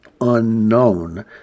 unknown